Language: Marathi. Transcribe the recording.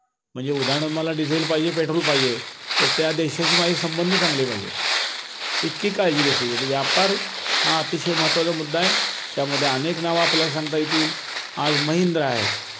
म्हणजे उदाहरणार्थ मला डिझेल पाहिजे पेट्रोल पाहिजे तर त्या देशाशी माझे संबंध चांगले पाहिजे इतकी काळजी घेतली जरी व्यापार हा अतिशय महत्त्वाचा मुद्दा आहे त्यामध्ये अनेक नावं आपल्याला सांगता येतील आज महिंद्र आहे